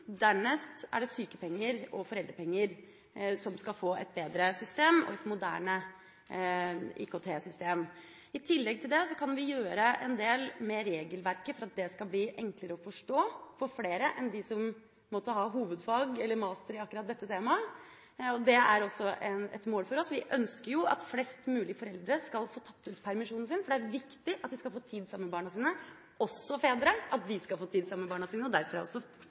dernest er det sykepenger og foreldrepenger som skal få et bedre system og et moderne IKT-system. I tillegg til det kan vi gjøre en del med regelverket for at det skal bli enklere å forstå for flere enn dem som måtte ha hovedfag eller mastergad i akkurat dette temaet. Det er også et mål for oss. Vi ønsker jo at flest mulig foreldre skal få tatt ut permisjonen sin, for det er viktig at de skal få tid sammen med barna sine – også at fedre skal få tid sammen med barna sine, derfor er